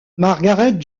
margaret